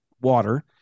water